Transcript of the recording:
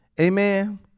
amen